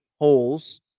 holes